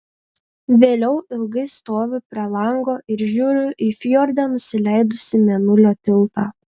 vėliau ilgai stoviu prie lango ir žiūriu į fjorde nusileidusį mėnulio tiltą